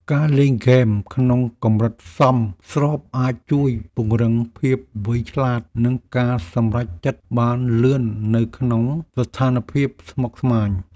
ការលេងហ្គេមក្នុងកម្រិតសមស្របអាចជួយពង្រឹងភាពវៃឆ្លាតនិងការសម្រេចចិត្តបានលឿននៅក្នុងស្ថានភាពស្មុគស្មាញ។